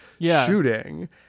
shooting